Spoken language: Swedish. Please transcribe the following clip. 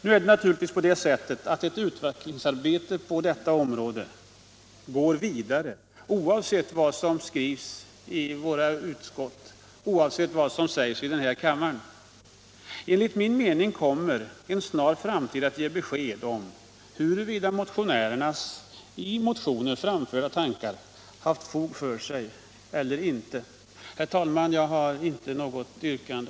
Nu är det naturligtvis så att ett utvecklingsarbete på detta område går vidare oavsett vad som skrivs i våra utskottsbetänkanden och oavsett vad som anförs i denna kammare. Enligt min mening kommer en snar framtid att ge besked om huruvida motionärernas framförda tankar haft fog för sig eller inte. Herr talman! Jag har inte något yrkande.